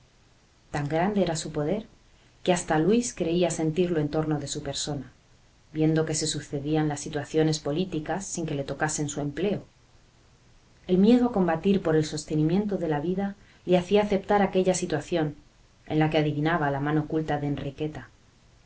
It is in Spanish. tan grande era su poder que hasta luis creía sentirlo en torno de su persona viendo que se sucedían las situaciones políticas sin que le tocasen su empleo el miedo a combatir por el sostenimiento de la vida le hacía aceptar aquella situación en la que adivinaba la mano oculta de enriqueta